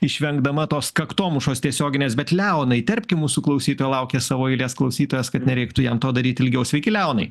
išvengdama tos kaktomuša tiesioginės bet leoną įterpkim mūsų klausytoją laukia savo eilės klausytojas kad nereiktų jam to daryt ilgiau sveiki leonai